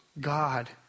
God